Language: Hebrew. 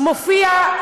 מופיע,